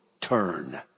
turn